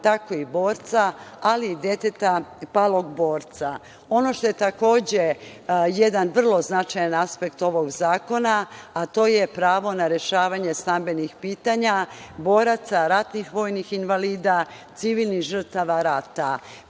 tako i borca, ali i deteta palog borca. Ono što je takođe jedan vrlo značajan aspekt ovog zakona, to je pravo na rešavanje stambenih pitanja boraca, ratnih vojnih invalida, civilnih žrtava rata. Pravo